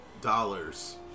dollars